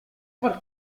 far